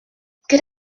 good